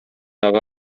ага